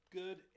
good